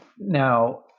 Now